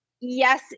Yes